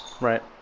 Right